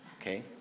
okay